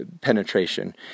penetration